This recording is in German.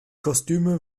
kostüme